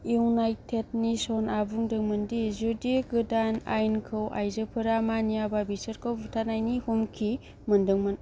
United nations बुंदोंमोनदि जुदि गोदान आयेनखौ आइजोफोरा मानियाब्ला बिसोरखौ बुथारनायनि हुमखि मोन्दोंमोन